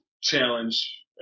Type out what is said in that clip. challenge